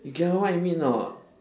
you get what I mean not